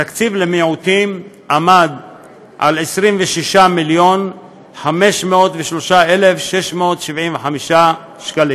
התקציב למיעוטים היה 26 מיליון ו-503,675 ש"ח.